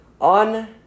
On